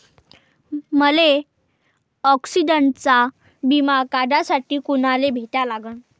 मले ॲक्सिडंटचा बिमा काढासाठी कुनाले भेटा लागन?